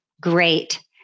great